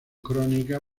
crónica